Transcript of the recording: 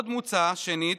שנית,